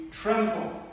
tremble